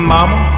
Mama